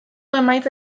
emaitza